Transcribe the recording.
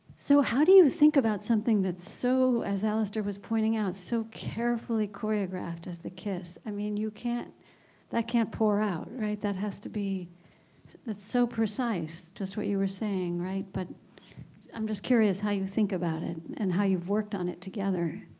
so how do you think about something that so as alistair was pointing out so carefully choreographed as the kiss i mean you can't that can't pour out right that has to be that's so precise just what you were saying right but i'm just curious how you think about it and how you've worked on it together